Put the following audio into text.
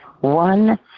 one